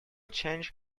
change